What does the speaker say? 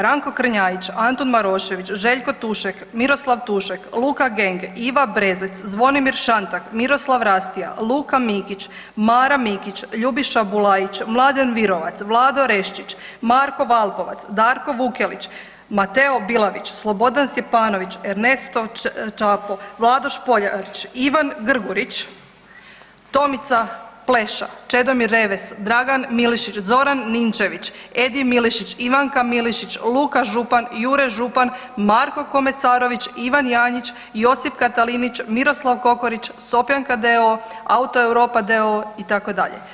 Ranko Krnjajić, Antun Marošević, Željko Tušek, Miroslav Tušek, Luka Genge, Iva Brezec, Zvonimir Šantak, Miroslav Rastija, Luka Mikić, Mara Mikić, Ljubiša Bulajić, Mladen Virovac, Vlado Reščić, Marko Valpovac, Darko Vukelić, Mateo Bilavić, Slobodan Stjepanović, Ernesto Čapo, Vlado Špoljarić, Ivan Grgurić, Tomica Pleša, Čedomir Reves, Dragan Milišić, Zoran Ninčević, Edi Milešić, Ivanka Milešić, Luka Župan, Jure Župan, Marko Komesarović, Ivan Janjić, Josip Katalinić, Miroslav Kokorić, Sopranka d.o.o., Autoeuropa d.o.o. itd.